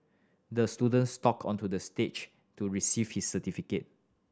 the student stock onto the stage to receive his certificate